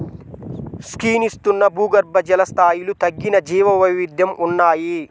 క్షీణిస్తున్న భూగర్భజల స్థాయిలు తగ్గిన జీవవైవిధ్యం ఉన్నాయి